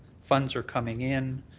funds are coming in.